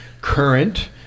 current